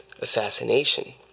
assassination